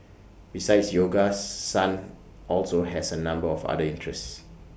besides yoga sun also has A number of other interests